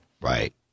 right